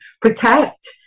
protect